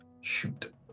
shoot